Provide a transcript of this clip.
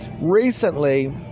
recently